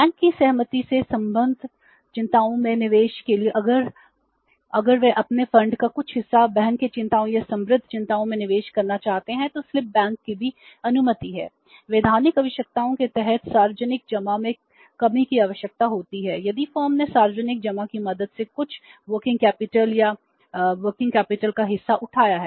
bank की सहमति से संबद्ध चिंताओं में निवेश के लिए अगर वे अपने फंड का कुछ हिस्सा बहन की चिंताओं या संबद्ध चिंताओं में निवेश करना चाहते हैं तो स्लिप बैक या कार्यशील पूंजी का हिस्सा उठाया है